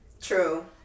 True